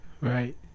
right